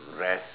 rest